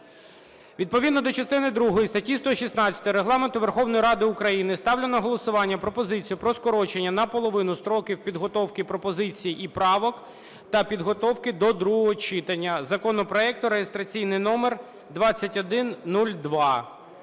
Відповідно до частини другої статті 116 Регламенту Верховної Ради України ставлю на голосування пропозицію про скорочення наполовину строків підготовки пропозицій і правок та підготовки до другого читання законопроекту (реєстраційний номер 2102).